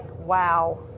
wow